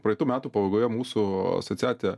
praeitų metų pabaigoje mūsų asociacija